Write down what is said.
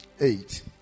eight